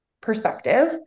perspective